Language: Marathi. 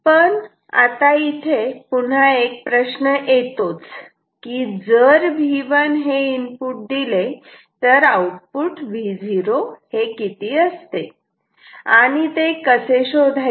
पण आता इथे पुन्हा एक प्रश्न येतोच की जर V1 हे इनपुट दिले तर आउटपुट Vo हे किती असते आणि ते कसे शोधायचे